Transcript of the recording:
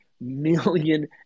million